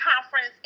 conference